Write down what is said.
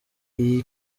iyi